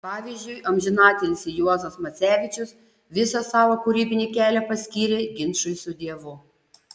pavyzdžiui amžinatilsį juozas macevičius visą savo kūrybinį kelią paskyrė ginčui su dievu